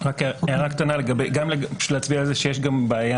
הערה קטנה גם להצביע על זה שיש גם בעיה